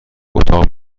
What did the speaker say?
اتاق